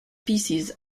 pieces